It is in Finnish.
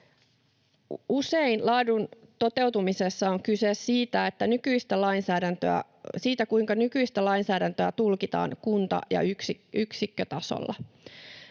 Usein laadun toteutumisessa on kyse siitä, kuinka nykyistä lainsäädäntöä tulkitaan kunta- ja yksikkötasolla.